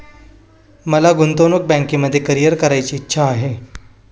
मला गुंतवणूक बँकिंगमध्ये करीअर करण्याची इच्छा आहे